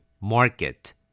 Market